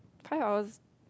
five hours